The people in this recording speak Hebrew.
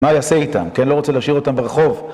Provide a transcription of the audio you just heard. מה יעשה איתם, כן לא רוצה להשאיר אותם ברחוב